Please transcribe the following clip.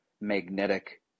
magnetic